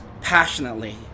passionately